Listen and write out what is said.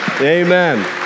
Amen